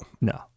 no